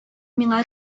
миңа